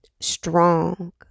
strong